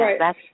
right